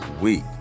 week